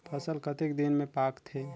फसल कतेक दिन मे पाकथे?